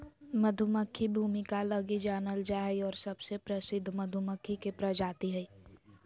मधुमक्खी भूमिका लगी जानल जा हइ और सबसे प्रसिद्ध मधुमक्खी के प्रजाति हइ